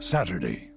Saturday